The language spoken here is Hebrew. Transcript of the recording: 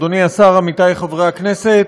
אדוני השר, עמיתי חברי הכנסת,